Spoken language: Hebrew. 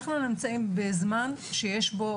אנחנו נמצאים בזמן שיש בו,